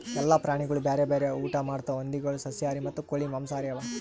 ಎಲ್ಲ ಪ್ರಾಣಿಗೊಳ್ ಬ್ಯಾರೆ ಬ್ಯಾರೆ ಊಟಾ ಮಾಡ್ತಾವ್ ಹಂದಿಗೊಳ್ ಸಸ್ಯಾಹಾರಿ ಮತ್ತ ಕೋಳಿ ಮಾಂಸಹಾರಿ ಅವಾ